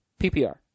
PPR